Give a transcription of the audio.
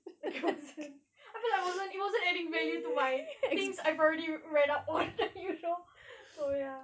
it wasn't I feel like I wasn't it wasn't adding value to my things I've already read up on the usual so ya